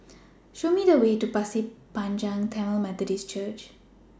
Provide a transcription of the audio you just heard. Show Me The Way to Pasir Panjang Tamil Methodist Church